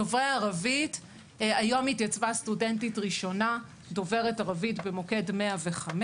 דוברי ערבית - היום התייצבה סטודנטית ראשונה דובר ערבית במוקד 105,